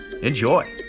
Enjoy